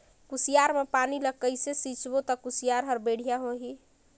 कुसियार मा पानी ला कइसे सिंचबो ता कुसियार हर बेडिया होही?